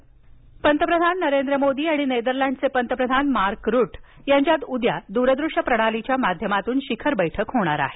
शिखर बैठक पंतप्रधान नरेंद्र मोदी आणि नेदरलँडचे पंतप्रधान मार्क रुट यांच्यात उद्या दूरदृष्य प्रणालीच्या माध्यमातून शिखर बैठक होणार आहे